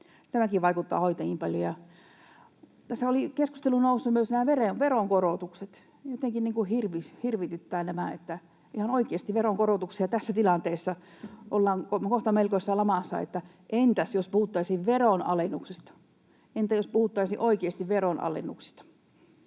Tämäkin vaikuttaa hoitajiin paljon. Tässä olivat keskusteluun nousseet myös nämä veronkorotukset. Jotenkin hirvityttää tämä, että ihan oikeasti veronkorotuksia tässä tilanteessa — ollaan kohta melkoisessa lamassa. Entäs jos puhuttaisiin veronalennuksista? Entä jos puhuttaiin oikeasti veronalennuksista?